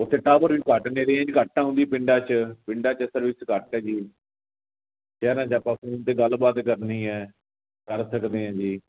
ਉੱਥੇ ਟਾਵਰ ਵੀ ਘੱਟ ਨੇ ਰੇਂਜ ਘੱਟ ਆਉਂਦੀ ਪਿੰਡਾਂ ਚ ਪਿੰਡਾਂ ਚ ਅਸਰ ਵਿੱਚ ਘੱਟ ਹੈਗੀ ਸ਼ਹਿਰਾਂ ਚ ਆਪਾਂ ਫੋਨ 'ਤੇ ਗੱਲਬਾਤ ਕਰਨੀ ਹੈ ਕਰ ਸਕਦੇ ਹਾਂ ਜੀ